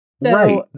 Right